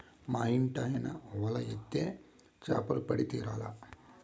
మా ఇంటాయన వల ఏత్తే చేపలు పడి తీరాల్ల